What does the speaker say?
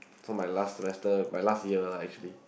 so my last semester my last year lah actually